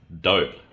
dope